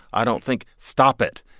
i don't think, stop it.